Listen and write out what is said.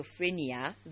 schizophrenia